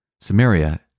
Samaria